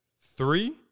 three